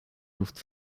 luft